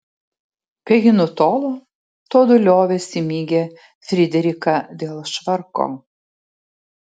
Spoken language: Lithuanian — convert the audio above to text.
kai ji nutolo tuodu liovėsi mygę frideriką dėl švarko